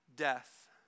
Death